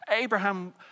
Abraham